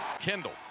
Kendall